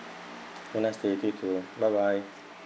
have a nice day you too bye bye